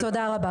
תודה רבה.